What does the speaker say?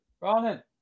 Ronan